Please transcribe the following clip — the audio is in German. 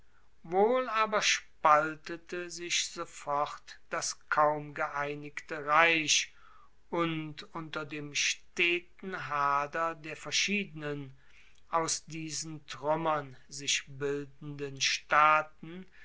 wohl aber spaltete sich sofort das kaum geeinigte reich und unter dem steten hader der verschiedenen aus diesen truemmern sich bildenden staaten